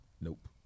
Nope